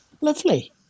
Lovely